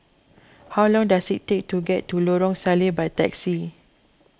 how long does it take to get to Lorong Salleh by taxi